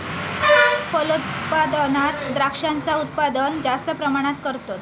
फलोत्पादनात द्रांक्षांचा उत्पादन जास्त प्रमाणात करतत